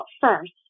First